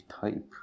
type